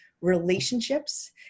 relationships